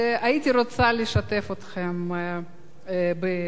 והייתי רוצה לשתף אתכם בתוכנה.